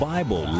Bible